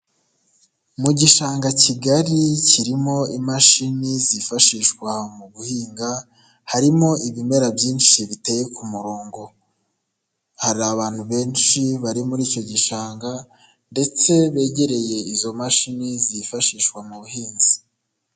Mu gishanga kigari kirimo imashini zifashishwa mu guhinga, harimo ibimera byinshi biteye ku murongo, hari abantu benshi bari muri icyo gishanga ndetse begereye izo mashini zifashishwa mu buhinzi.